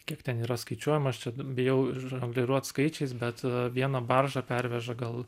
kiek ten yra skaičiuojama aš čia bijau žongliruot skaičiais bet viena barža perveža gal